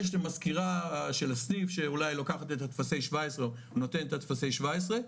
יש לו מזכירה של הסניף שאולי לוקחת את הטפסי 17 או נותנת את הטפסי 17,